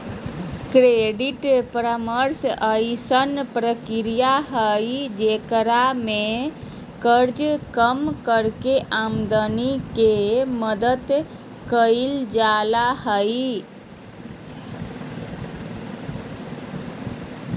credit परामर्श अइसन प्रक्रिया हइ जेकरा में कर्जा कम करके आदमी के मदद करल जा हइ